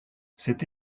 cette